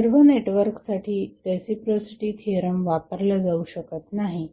सर्व नेटवर्कसाठी reciprocity theorem वापरला जाऊ शकत नाही